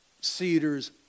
cedars